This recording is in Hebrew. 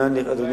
לא הבנתי